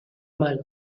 malo